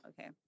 okay